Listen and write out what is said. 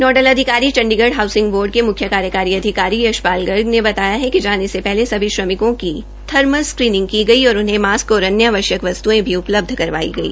nodal अधिकारी Chandigarh housing board के मुख्य कार्यकारी अधिकारी यशपाल गर्ग ने बताया कि जाने से पहले सभी श्रमिकों की थर्मल स्क्रीनिंग की गई और उन्हें मास्क और अन्य आवश्य वस्तुये भी उपलब्ध करवाई गई